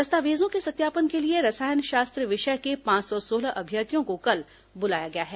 दस्तावेजों के सत्यापन के लिए रसायन शास्त्र विषय के पांच सौ सोलह अभ्यर्थियों को कल बुलाया गया है